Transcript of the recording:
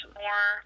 more